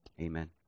Amen